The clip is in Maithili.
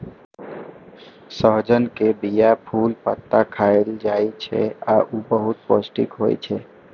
सहजन के बीया, फूल, पत्ता खाएल जाइ छै आ ऊ बहुत पौष्टिक होइ छै